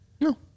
No